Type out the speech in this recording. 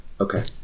Okay